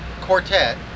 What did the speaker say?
quartet